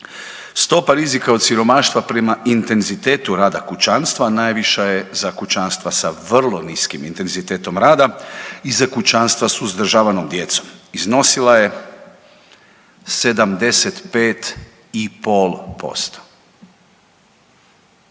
stopa rizika od siromaštva prema intenzitetu rada kućanstva najviša je za kućanstva sa vrlo niskim intenzitetom rada i za kućanstva s uzdržavanom djecom, iznosila je 75,5%,